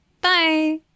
Bye